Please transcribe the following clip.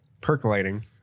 percolating